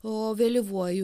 o vėlyvuoju